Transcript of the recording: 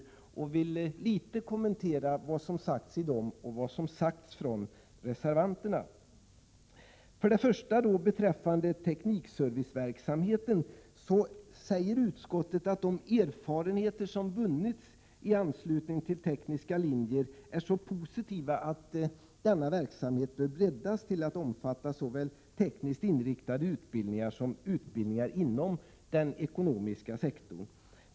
Jag skall emellertid något kommentera vad som har sagts i dessa reservationer och vad som har sagts från reservanterna. För det första säger utskottet beträffande teknikserviceverksamheten att de erfarenheter som vunnits i anslutning till tekniska linjer är så positiva att denna verksamhet bör breddas till att omfatta såväl tekniskt inriktade utbildningar som utbildningar inom den ekonomiska sektorn.